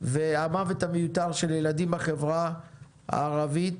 והמוות המיותר של ילדים בחברה הערבית,